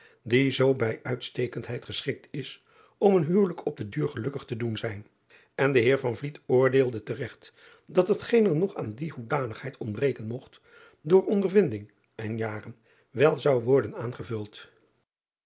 die zoo bij uitstekendheid geschikt is om een huwelijk op den duur gelukkig te doen zijn n de eer oordeelde te regt dat hetgeen er nog aan die hoedanigheid ontbreken mogt door ondervinding en jaren wel zou worden aangevuld